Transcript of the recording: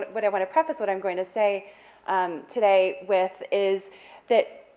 but what i want to preface what i'm going to say today with is that